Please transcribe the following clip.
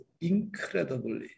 incredibly